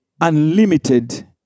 unlimited